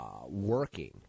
working –